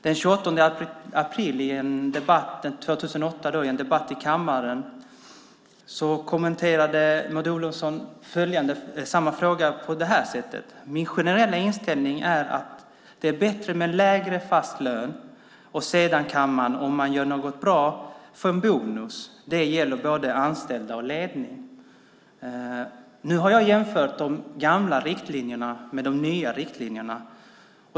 Den 22 april år 2008 i en debatt i kammaren kommenterade Maud Olofsson samma fråga på det här sättet: "Däremot är min generella inställning den att det är bättre att ha lägre fasta löner, och sedan kan man, om man gör någonting bra, få en bonus. Det gäller både anställda och ledning." Nu har jag jämfört de gamla riktlinjerna med de nya riktlinjerna.